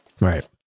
Right